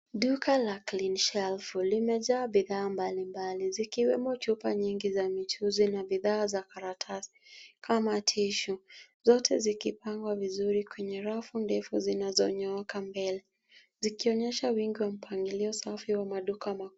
Duka la Clean shelf limejaa bidhaa mbalimbali zikiwemo chupa nyingi za michuzi na bidhaa za karatasi kama tishu zote zikipangwa vizuri kwenye rafu ndefu zinazonyooka mbele zikionyesha wingi wa mpangilio safi wa maduka makubwa.